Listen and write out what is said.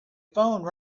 phone